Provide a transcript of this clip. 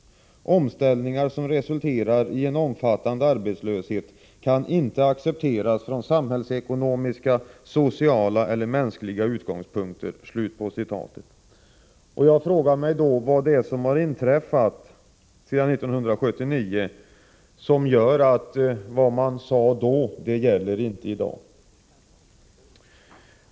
Omställningar som resulterar i en omfattande arbetslöshet kan inte accepteras från samhällsekonomiska, sociala eller mänskliga utgångspunkter.” Vad är det som har inträffat sedan 1979 som gör att vad man sade då inte gäller i dag?